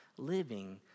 Living